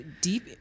deep